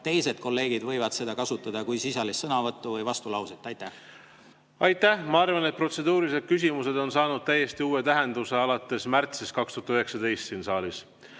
teised kolleegid võivad seda kasutada kui sisulist sõnavõttu või vastulauset? Aitäh! Ma arvan, et protseduurilised küsimused on saanud täiesti uue tähenduse alates märtsist 2019 siin saalis.